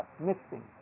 mixing